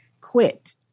quit